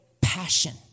passion